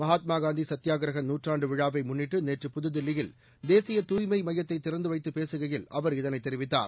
மனத்மா னந்தி கத்தியாகிரக தூற்றான்டு விழாவை முன்னிட்டு நேற்று புதுதில்லியில் தேசிய தூய்ளம மையத்தை திறந்து வைத்து பேக்கையில் அவர் இதனை தெரிவித்தார்